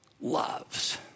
loves